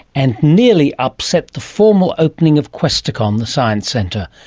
and nearly upset the formal opening of questacon, the science centre,